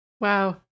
Wow